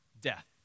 death